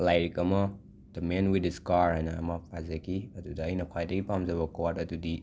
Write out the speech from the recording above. ꯂꯥꯏꯔꯤꯛ ꯑꯃ ꯗ ꯃꯦꯟ ꯋꯤꯠ ꯗ ꯁ꯭ꯀꯥꯔ ꯍꯥꯏꯅ ꯑꯃ ꯄꯥꯖꯒꯤ ꯑꯗꯨꯗ ꯑꯩꯅ ꯈ꯭ꯋꯥꯏꯗꯒꯤ ꯄꯥꯝꯖꯕ ꯀ꯭ꯋꯣꯔꯠ ꯑꯗꯨꯗꯤ